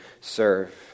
serve